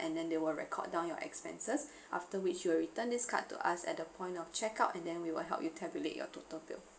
and then they will record down your expenses after which you will return this card to us at the point of check out and then we will help you tabulate your total bill